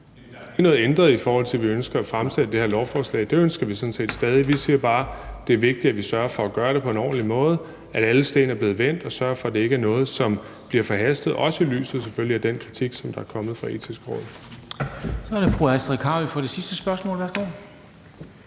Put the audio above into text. der er ikke noget ændret i forhold til, at vi ønsker at fremsætte det her lovforslag. Det ønsker vi sådan set stadig. Vi siger bare, at det er vigtigt, at vi sørger for at gøre det på en ordentlig måde, at alle sten er blevet vendt, og sørge for, at det ikke er noget, som bliver forhastet, selvfølgelig også i lyset af den kritik, der er kommet fra Det Etiske Råd. Kl. 14:21 Formanden (Henrik Dam Kristensen): Så